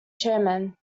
chairman